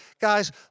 Guys